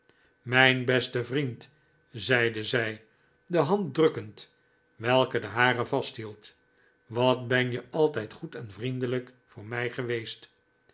mijn beste vriend zeide zij de hand drukkend welke de hare vasthield wat ben je altijd goed en vriendelijk voor mij geweest